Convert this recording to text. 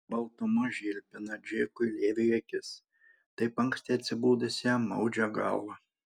baltuma žilpina džekui leviui akis taip anksti atsibudus jam maudžia galvą